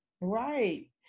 Right